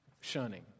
shunning